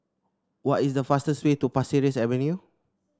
what is the fastest way to Pasir Ris Avenue